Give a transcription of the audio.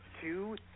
two